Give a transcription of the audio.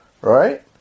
Right